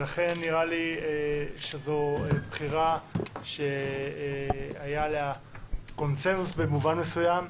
לכן נראה לי שזו בחירה שהיה עליה קונסנסוס במובן מסוים.